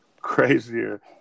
crazier